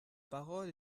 parole